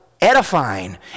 edifying